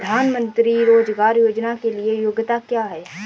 प्रधानमंत्री रोज़गार योजना के लिए योग्यता क्या है?